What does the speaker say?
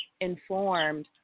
informed